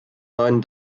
neuen